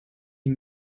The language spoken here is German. die